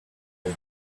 our